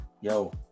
Yo